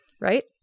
Right